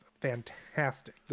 fantastic